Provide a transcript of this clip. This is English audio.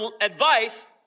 advice